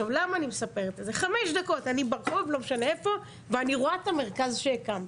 אני ברחוב ואני רואה את המרכז שהקמתי.